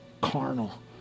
carnal